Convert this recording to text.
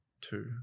two